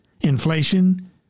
inflation